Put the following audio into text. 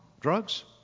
drugs